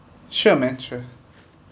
sure man sure